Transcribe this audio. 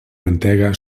mantega